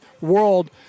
world